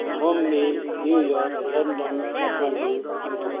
Mumbai New York London Kathmandu Thimphu